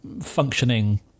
functioning